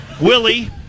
Willie